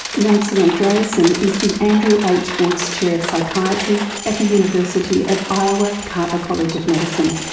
nancy andreasen is the andrew h woods chair of psychiatry at the university of iowa carver college of medicine.